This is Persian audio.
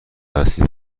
هستید